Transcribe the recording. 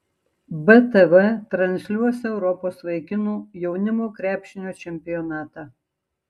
btv transliuos europos vaikinų jaunimo krepšinio čempionatą